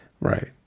Right